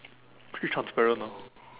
actually transparent ah